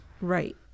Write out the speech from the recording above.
right